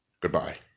Goodbye